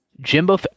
jimbo